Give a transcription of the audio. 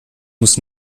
muss